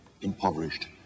impoverished